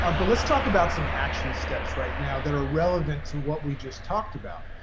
ah but let's talk about some action steps right now that are relevant to what we just talked about.